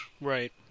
Right